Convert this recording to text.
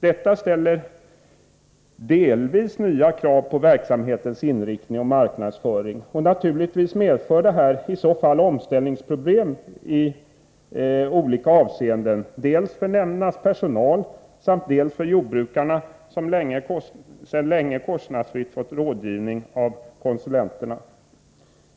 Detta ställer delvis nya krav på verksamhetens inriktning och på marknadsföringen. Naturligtvis medför detta i så fall omställningsproblem i olika avseenden, dels för nämndernas personal, dels för jordbrukarna, som sedan länge kostnadsfritt fått rådgivning av konsulenterna.